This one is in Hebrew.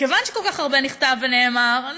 אנחנו בעד עשר דקות לדובר.